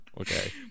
Okay